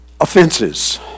Offenses